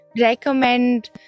recommend